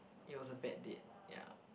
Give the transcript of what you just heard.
it was a bad date ya